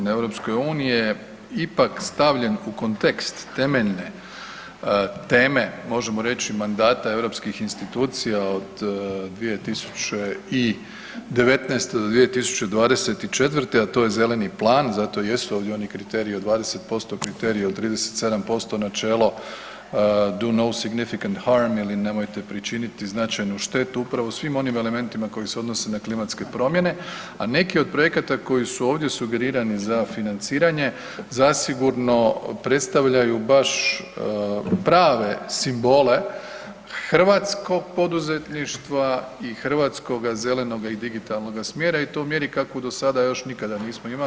Na EU je ipak stavljen u kontekst temeljne teme, možemo reći mandata europskih institucija od 2019.-2024., a to je zeleni plan, zato jesu ovdje oni kriteriji od 20%, kriteriji od 37% načelo „Do no significant harm“ ili nemojte pričiniti značajnu štetu, upravo u svim onim elementima koji se odnose na klimatske promjene, a neki od projekata koji su ovdje sugerirani za financiranje zasigurno predstavljaju baš prave simbole hrvatskog poduzetništva i hrvatskoga zelenoga i digitalnoga smjera i to u mjeri kakvu do sada još nikada nismo imali.